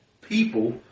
people